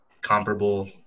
comparable